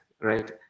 right